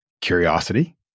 Curiosity